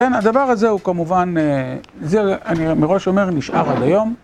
כן, הדבר הזה הוא כמובן, זה אני מראש אומר, נשאר עד היום.